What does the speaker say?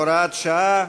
הוראת שעה)